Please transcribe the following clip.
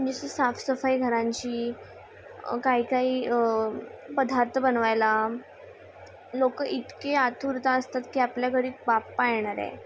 ज साफसफाई घरांची काही काही पधार्थ बनवायला लोकं इतके आथुरता असतात की आपल्याकडे वापा येणारे